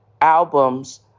albums